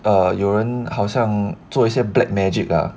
err 有人好像做一些 black magic ah